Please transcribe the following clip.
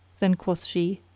then quoth she,